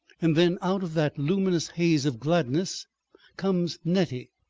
and then out of that luminous haze of gladness comes nettie,